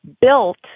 built